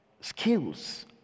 skills